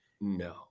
No